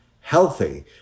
healthy